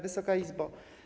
Wysoka Izbo!